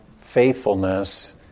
faithfulness